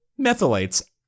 methylates